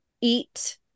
eat